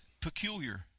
peculiar